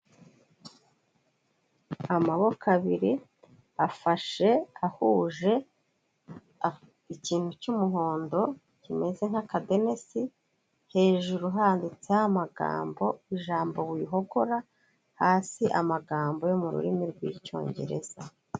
Amaboko abiri afashe ahuje ikintu cy'umuhondo kimeze nk'akadenesi, hejuru handitse amagambo ijambo wihogora, hasi amagambo yo mu rurimi rw'Icyongereza.